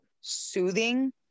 soothing